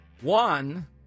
One